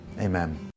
Amen